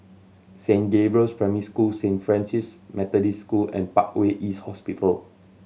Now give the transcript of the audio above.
Saint Gabriel's Primary School Saint Francis Methodist School and Parkway East Hospital